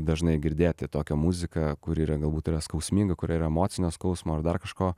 dažnai girdėti tokią muziką kuri yra galbūt yra skausminga kurioj yra emocinio skausmo ir dar kažko